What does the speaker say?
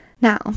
Now